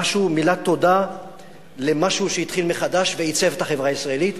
מילת תודה למשהו שהתחיל מחדש ועיצב את החברה הישראלית.